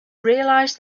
realize